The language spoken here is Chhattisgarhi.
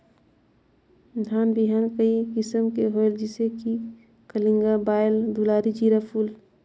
धान बिहान कई किसम के होयल जिसे कि कलिंगा, बाएल दुलारी, जीराफुल?